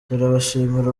turabashimira